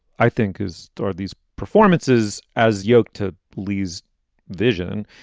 i think is or these performances as yoked to lee's vision.